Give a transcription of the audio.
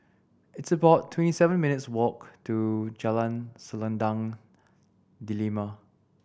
it's about twenty seven minutes' walk to Jalan Selendang Delima